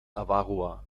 avarua